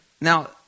Now